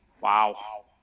wow